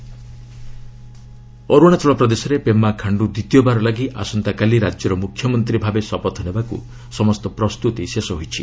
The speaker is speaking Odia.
ଏପି ସ୍ୱିରିଂ ଇନ୍ ଅରୁଣାଚଳ ପ୍ରଦେଶରେ ପେମା ଖାଷ୍ଠୁ ଦ୍ୱିତୀୟବାର ଲାଗି ଆସନ୍ତାକାଲି ରାଜ୍ୟର ମୁଖ୍ୟମନ୍ତ୍ରୀ ଭାବେ ଶପଥ ନେବାକୁ ସମସ୍ତ ପ୍ରସ୍ତୁତି ଶେଷ ହୋଇଛି